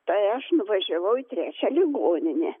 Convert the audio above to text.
tai aš nuvažiavau į trečią ligoninę